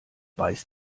weiß